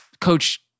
coach